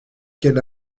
qu’elle